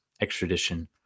extradition